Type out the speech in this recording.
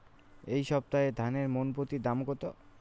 এই সপ্তাহে ধানের মন প্রতি দাম কত?